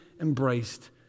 embraced